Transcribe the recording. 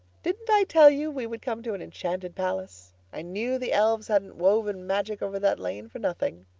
didn't i tell you we would come to an enchanted palace? i knew the elves hadn't woven magic over that lane for nothing.